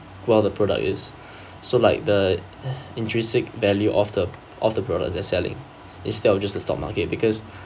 well the product is so like the intrinsic value of the of the products that selling instead of just the stock market because